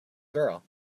girl